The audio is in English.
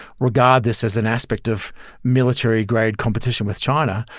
regard this as an aspect of military grade competition with china,